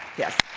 yes.